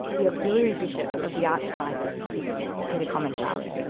the auxiliary bishop of the archdiocese of sydney, peter comensoli.